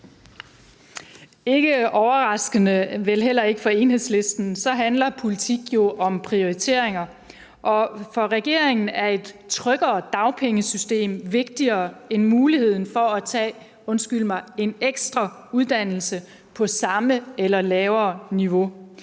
Ikke overraskende, vel heller ikke for Enhedslisten, handler politik jo om prioriteringer, og for regeringen er et tryggere dagpengesystem vigtigere end muligheden for at tage, undskyld mig, en ekstra uddannelse på samme eller lavere niveau.